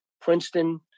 Princeton